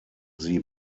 sie